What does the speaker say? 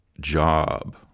job